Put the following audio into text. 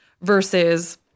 versus